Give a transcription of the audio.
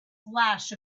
flash